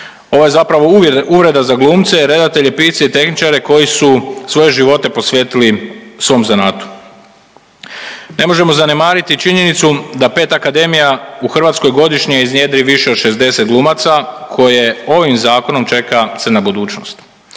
Ovo je zapravo uvreda za glumce i redatelje, pisce i tehničare koji su svoje živote posvetili svom zanatu. Ne možemo zanemariti činjenicu da 5 akademija u Hrvatskoj godišnje iznjedri više od 60 glumaca koje ovih Zakonom čeka crna budućnost.